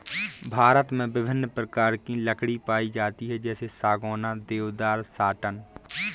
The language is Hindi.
भारत में विभिन्न प्रकार की लकड़ी पाई जाती है जैसे सागौन, देवदार, साटन